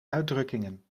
uitdrukkingen